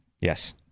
Yes